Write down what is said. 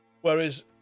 Whereas